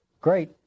great